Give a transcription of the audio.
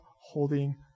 holding